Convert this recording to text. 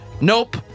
nope